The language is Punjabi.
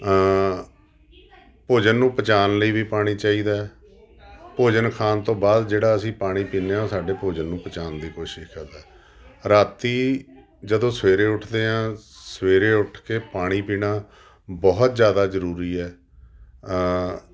ਭੋਜਨ ਨੂੰ ਪਚਾਣ ਲਈ ਵੀ ਪਾਣੀ ਚਾਹੀਦਾ ਭੋਜਨ ਖਾਣ ਤੋਂ ਬਾਅਦ ਜਿਹੜਾ ਅਸੀਂ ਪਾਣੀ ਪੀਂਦੇ ਹਾਂ ਉਹ ਸਾਡੇ ਭੋਜਨ ਨੂੰ ਪਚਾਉਣ ਦੀ ਕੋਸ਼ਿਸ਼ ਕਰਦਾ ਰਾਤੀ ਜਦੋਂ ਸਵੇਰੇ ਉੱਠਦੇ ਹਾਂ ਸਵੇਰੇ ਉੱਠ ਕੇ ਪਾਣੀ ਪੀਣਾ ਬਹੁਤ ਜ਼ਿਆਦਾ ਜ਼ਰੂਰੀ ਹੈ